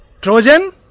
Trojan